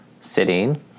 sitting